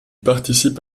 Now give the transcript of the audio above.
participe